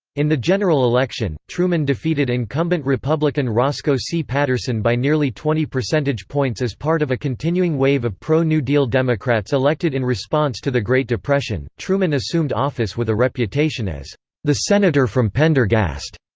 in the general election, truman defeated incumbent republican roscoe c. patterson by nearly twenty percentage points as part of a continuing wave of pro-new deal democrats elected in response to the great depression truman assumed office with a reputation as the senator from pendergast.